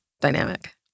dynamic